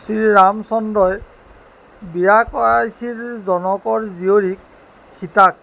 শ্ৰী ৰাম চন্দ্ৰই বিয়া কৰাইছিল জনকৰ জীয়ৰী সীতাক